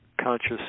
conscious